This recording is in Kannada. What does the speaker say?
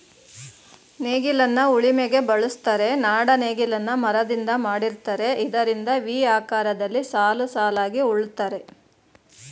ನೇಗಿಲನ್ನ ಉಳಿಮೆಗೆ ಬಳುಸ್ತರೆ, ನಾಡ ನೇಗಿಲನ್ನ ಮರದಿಂದ ಮಾಡಿರ್ತರೆ ಇದರಿಂದ ವಿ ಆಕಾರದಲ್ಲಿ ಸಾಲುಸಾಲಾಗಿ ಉಳುತ್ತರೆ